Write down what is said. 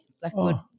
blackwood